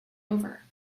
over